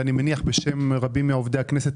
ואני מניח שגם בשם רבים מעובדי הכנסת,